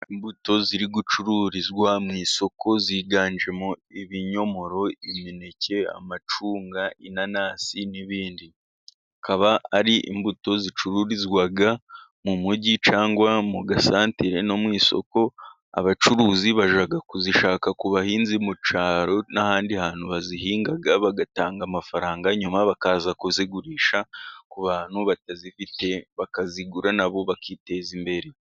Imbuto ziri gucururizwa mu isoko, ziganjemo ibinyomoro, imineke, amacunga, inanasi, n'ibindi. Akaba ari imbuto zicururizwa mu mujyi cyangwa mu gasantere no mu isoko, abacuruzi bajya kuzishaka ku bahinzi mu cyaro, n'ahandi hantu bazihinga, bagatanga amafaranga, nyuma bakaza kuzigurisha ku bantu batazifite, bakazigura nabo bakiteza imbere.